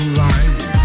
life